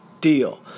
deal